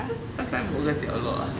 站在某个角落 ah